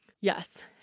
yes